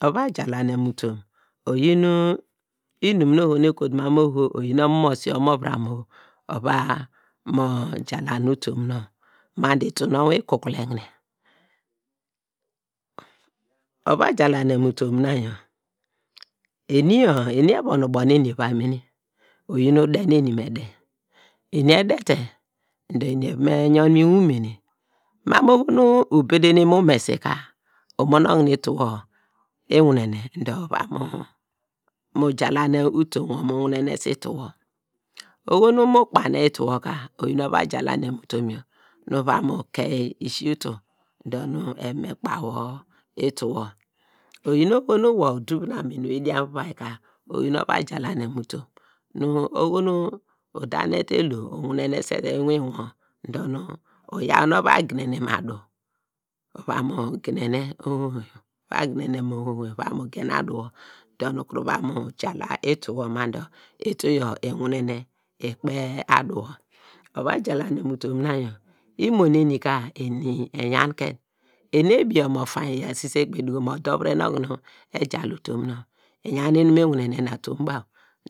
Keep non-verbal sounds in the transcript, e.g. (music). Ova jalanem mu utom, oyin nu inum nu oho nu ekotu manu oho, oyin omomosi o, oyin omovuram o ova mo jalane utom nonwa dor ituw nonw ikukulene (hesitation) ova jalenem utom na yor em yor, eni evon ubo neni eva mene, oyin de nu eni me de, eni ede te dor eni evon me yon mu umene ma mu oho nu ebene mu umesi ka, umon okunu ituwo iwinene dor uva mu jalane utom wor mu winenese ituwor, oho nu mu kpane ituwo ka oyin ova jalane yor nu uva mu keyi usi utuwo ka dor nu eva me kpa wor ituwo, oyin oho nu wor uduv nu amin uyi dian mu ivom uvia ka oyin ova jalenem utom nu oho nu uda nete elo uwinese te inwin wor dor nu uyaw nu ova ginenem adu uva mu ginene ova ginenem adu yor uva mu ginene adu wor dor ukuru va mu jala ituwo ma dor itu yor inwinene ikpe adu wor, ova jalanem utom yor na yor imoneni ka eni eyan ken, eni ebie omo fainy eya sise kpe eduko mu odor vien okunu ejala utom nonw, inyan inu mi winene nu atomn baw